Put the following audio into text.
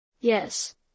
Yes